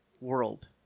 world